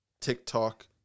TikTok